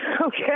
Okay